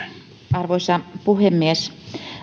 arvoisa puhemies